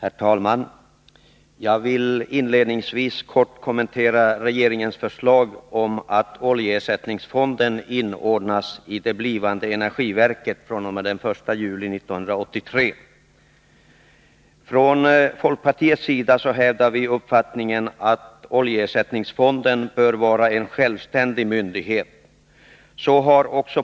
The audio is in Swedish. Herr talman! Jag vill inledningsvis kort kommentera regeringens förslag om att oljeersättningsfonden inordnas i det blivande energiverket fr.o.m. den 1 juli 1983. Från folkpartiets sida hävdar vi uppfattningen att oljeersättningsfonden bör vara en självständig myndighet.